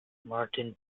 martin